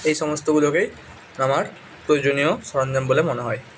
এই সমস্তগুলোকেই আমার প্রয়োজনীয় সরঞ্জাম বলে মনে হয়